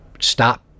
stop